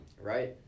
Right